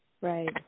right